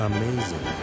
Amazing